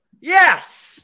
Yes